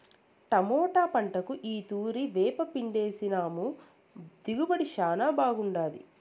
tomato పంటకు ఈ తూరి వేపపిండేసినాము దిగుబడి శానా బాగుండాది